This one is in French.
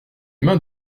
mains